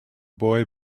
boy